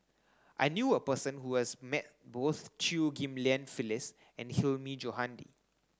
I knew a person who has met both Chew Ghim Lian Phyllis and Hilmi Johandi